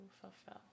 fulfill